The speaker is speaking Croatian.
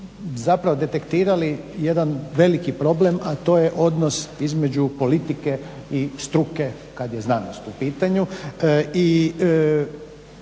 ispravno detektirali jedan veliki problem, a to je odnose između politike i struke kada je znanost u pitanju.